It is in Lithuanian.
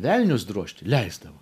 velnius drožti leisdavo